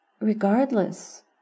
regardless